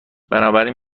بنابراین